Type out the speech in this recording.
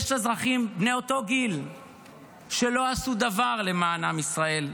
יש אזרחים בני אותו גיל שלא עשו דבר למען עם ישראל,